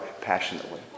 passionately